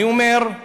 אני אומר,